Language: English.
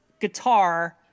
guitar